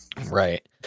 Right